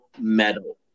metal